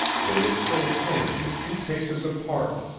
they were still standing a few paces apart,